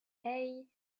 hey